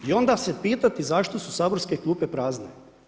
I onda nas pitati zašto su saborske klube prazne.